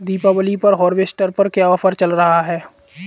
दीपावली पर हार्वेस्टर पर क्या ऑफर चल रहा है?